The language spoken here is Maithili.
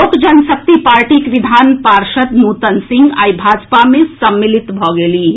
लोक जनशक्ति पार्टीक विधान पार्षद नूतन सिंह आइ भाजपा मे सम्मिलित भऽ गेलीह